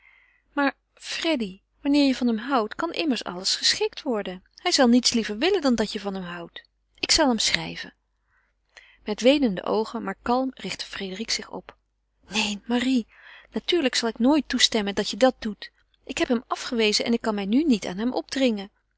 maar freddy wanneer je van hem houdt kan immers alles geschikt worden hij zal niets liever willen dan dàt je van hem houdt ik zal hem schrijven met weenende oogen maar kalm richtte frédérique zich op neen marie natuurlijk zal ik nooit toestemmen dat je dat doet ik heb hem afgewezen en ik kan mij nu niet aan hem opdringen